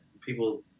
people